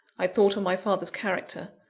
i thought on my father's character,